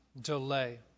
delay